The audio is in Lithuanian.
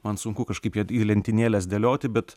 man sunku kažkaip ją į lentynėles dėlioti bet